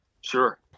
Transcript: Sure